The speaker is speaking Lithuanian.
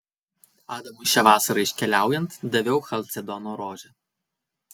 adamui šią vasarą iškeliaujant daviau chalcedono rožę